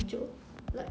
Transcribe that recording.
很久 like